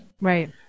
Right